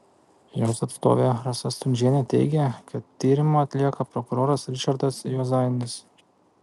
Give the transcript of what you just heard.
jos atstovė rasa stundžienė teigė kad tyrimą atlieka prokuroras ričardas juozainis